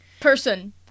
Person